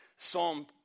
Psalm